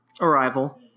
Arrival